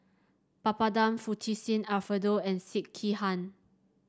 Papadum Fettuccine Alfredo and Sekihan